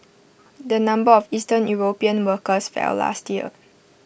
the number of eastern european workers fell last year